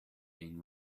been